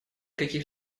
каких